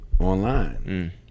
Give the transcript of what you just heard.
online